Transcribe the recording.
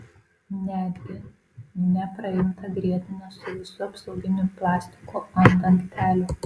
netgi nepraimtą grietinę su visu apsauginiu plastiku ant dangtelio